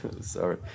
sorry